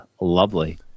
lovely